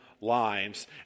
lives